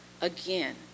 Again